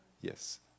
Yes